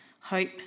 hope